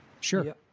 Sure